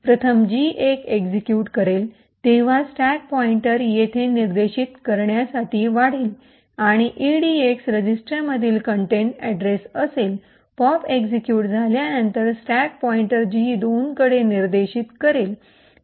प्रथम G 1 execute करेल तेव्हा स्टॅक पॉइंटर येथे निर्देशित करण्यासाठी वाढेल आणि इडीएक्स रजिस्टरमधील कंटेंट अड्रेस असेल पॉप एक्सिक्यूट झाल्यानंतर स्टॅक पॉईंटर जी 2 कडे निर्देशित करेल